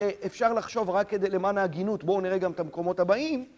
אפשר לחשוב רק כדי למען ההגינות, בואו נראה גם את המקומות הבאים